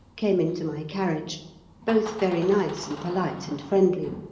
came into my carriage both very nice and polite and friendly.